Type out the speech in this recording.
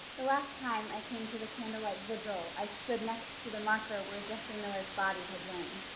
the last time i came to the candlelight vigil, i stood next to the marker where jeffrey miller's body had lain.